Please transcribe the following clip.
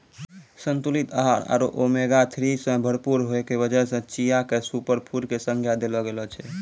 संतुलित आहार आरो ओमेगा थ्री सॅ भरपूर होय के वजह सॅ चिया क सूपरफुड के संज्ञा देलो गेलो छै